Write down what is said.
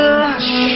lush